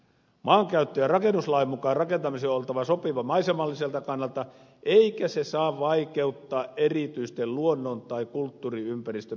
maankäyttö ja rakennuslain mukaan rakentamisen on oltava sopivaa maisemalliselta kannalta eikä se saa vaikeuttaa erityisten luonnon tai kulttuuriympäristön arvojen säilyttämistä